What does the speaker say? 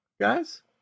guys